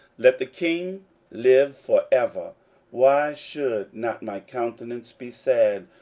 let the king live for ever why should not my countenance be sad,